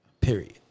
period